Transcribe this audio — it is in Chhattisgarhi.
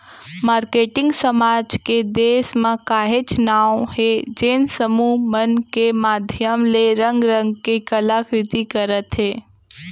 मारकेटिंग समाज के देस म काहेच नांव हे जेन समूह मन के माधियम ले रंग रंग के कला कृति करत हे